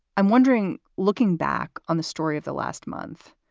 i'm wondering, looking back on the story of the last month.